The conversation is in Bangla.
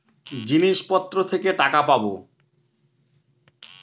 জিনিসপত্র থেকে টাকা পাবো